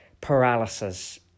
paralysis